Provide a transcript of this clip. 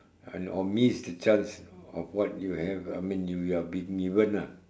and or miss the chance of what you have I mean you you've been given ah